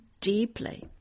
deeply